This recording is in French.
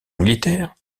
militaire